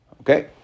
Okay